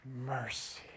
mercy